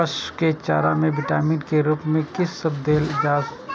पशु के चारा में विटामिन के रूप में कि सब देल जा?